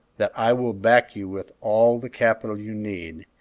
that i will back you with all the capital you need,